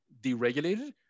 deregulated